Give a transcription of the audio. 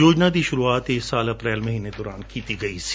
ਯੋਜਨਾ ਦੀ ਸੁਰੂਆਤ ਇਸ ਸਾਲ ਅਪ੍ਰੈਲ ਮਹੀਨੇ ਦੌਰਾਨ ਕੀਤੀ ਗਈ ਸੀ